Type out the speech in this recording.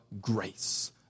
grace